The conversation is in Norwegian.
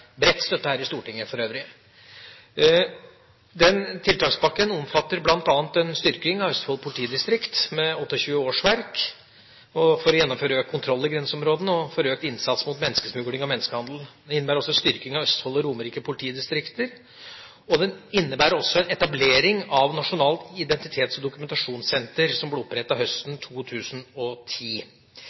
bredt støttet her i Stortinget. Tiltakspakken omfatter bl.a.: en styrking av Østfold politidistrikt med 28 årsverk for å gjennomføre økt kontroll i grenseområdene og for økt innsats mot menneskesmugling og menneskehandel en styrking av Østfold og Romerike politidistrikter etableringen av Nasjonalt identitets- og dokumentasjonssenter, som ble opprettet høsten 2010